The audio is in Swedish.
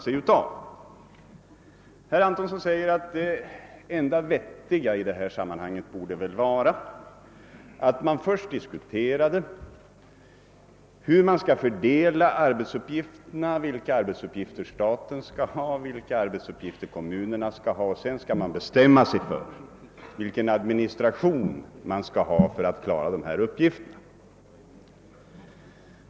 Herr Antonsson säger att det enda vettiga i detta sammanhang vore att först diskutera hur arbetsuppgifterna skall fördelas mellan staten och kommunerna och sedan bestämma hur den administration skall utformas som skall klara de uppgifterna.